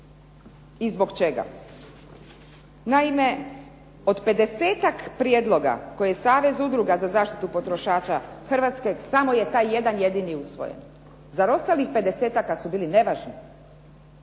i zbog čega? Naime, od pedesetak prijedloga koje je Savez udruga za zaštitu potrošača Hrvatske samo je taj jedan jedini usvojen. Zar ostalih pedesetak su bili nevažni?